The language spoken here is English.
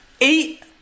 eight